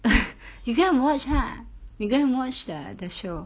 you go and watch ha you go and watch the show